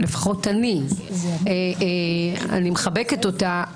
אני מחבקת אותה,